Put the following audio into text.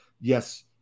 yes